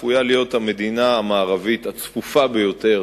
צפויה להיות המדינה המערבית הצפופה ביותר